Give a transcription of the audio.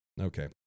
Okay